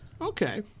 Okay